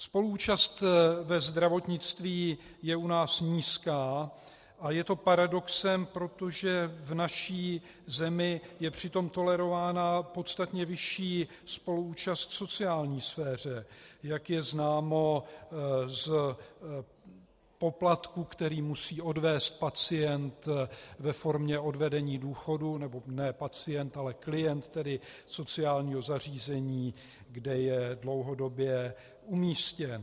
Spoluúčast ve zdravotnictví je u nás nízká a to je paradoxem, protože v naší zemi je přitom tolerována podstatně vyšší spoluúčast v sociální sféře, jak je známo z poplatků, které musí odvést pacient ve formě odvedení důchodu, nebo ne pacient, ale klient sociálního zařízení, kde je dlouhodobě umístěn.